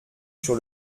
sur